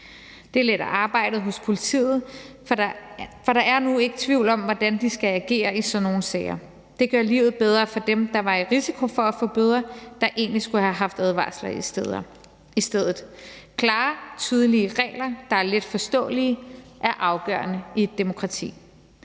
Det letter arbejdet hos politiet, for der er nu ikke tvivl om, hvordan de skal agere i sådan nogle sager. Det gør livet bedre for dem, der var i risiko for at få bøder, men egentlig skulle have haft advarsler i stedet for. Klare, tydelige regler, der er let forståelige, er afgørende i et demokrati.